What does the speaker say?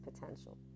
potential